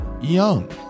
young